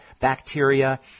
bacteria